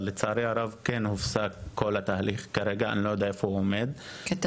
אבל לצערי זה פרויקט שהופסק ואני לא יודע איפה הוא עומד כרגע.